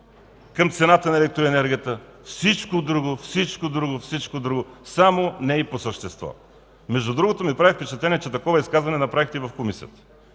към цената на електроенергията – всичко друго, всичко друго, всичко друго, само не и по същество. Между другото ми прави впечатление, че такова изказване направихте и в комисията.